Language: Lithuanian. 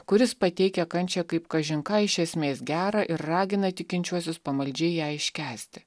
kuris pateikia kančią kaip kažin ką iš esmės gera ir ragina tikinčiuosius pamaldžiai ją iškęsti